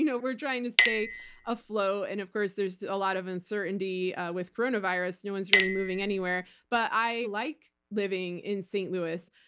you know we're trying to stay afloat, and of course, there's a lot of uncertainty with coronavirus. no one's really moving anywhere. but i like living in st. louis.